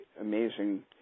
amazing